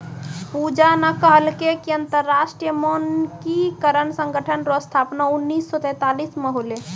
पूजा न कहलकै कि अन्तर्राष्ट्रीय मानकीकरण संगठन रो स्थापना उन्नीस सौ सैंतालीस म होलै